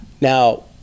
Now